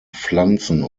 pflanzen